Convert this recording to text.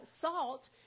salt